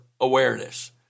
awareness